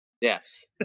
Yes